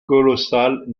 colossales